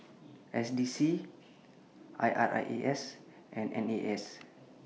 S D C I R A S and N A S